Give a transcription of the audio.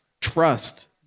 trust